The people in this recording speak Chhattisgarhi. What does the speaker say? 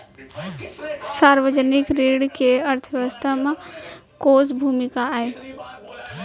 सार्वजनिक ऋण के अर्थव्यवस्था में कोस भूमिका आय?